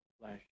flesh